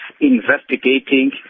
investigating